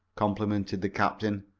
complimented the captain.